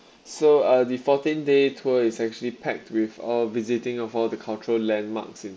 so uh the fourteen day tour is actually packed with all visiting off all the cultural landmarks in